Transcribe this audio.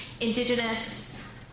indigenous